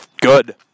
Good